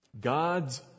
God's